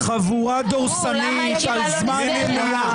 חבורה דורסנית על זמן מליאה.